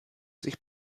sich